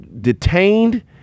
detained